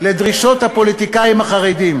לדרישות הפוליטיקאים החרדים.